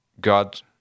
god